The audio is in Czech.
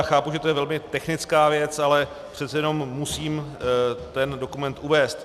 Chápu, že je to velmi technická věc, ale přece jenom musím ten dokument uvést.